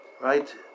right